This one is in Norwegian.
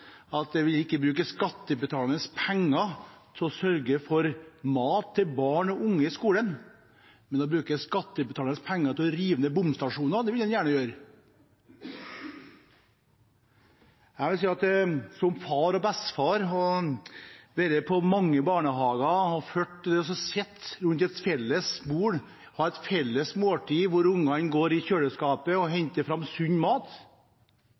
at de ikke vil bruke skattebetalernes penger til å sørge for mat til barn og unge i skolen, men bruke skattebetalernes penger til å rive ned bomstasjoner vil de gjerne. Jeg vil si at som far og bestefar har jeg vært i mange barnehager og fulgt det å sitte rundt et felles bord, ha et felles måltid, hvor ungene går til kjøleskapet, henter fram sunn mat,